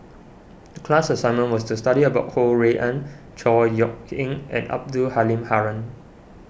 the class assignment was to study about Ho Rui An Chor Yeok Eng and Abdul Halim Haron